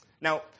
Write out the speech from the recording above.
Now